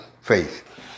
faith